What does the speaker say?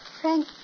Frank